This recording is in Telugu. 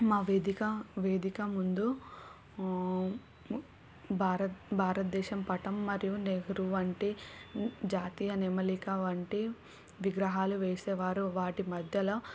మా వేదిక వేదిక ముందు భారత్ భారతదేశం పటం మరియు నెహ్రూ వంటి జాతీయ నెమలి వంటి విగ్రహాలు వేసేవారు వాటి మధ్యలో